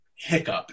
Hiccup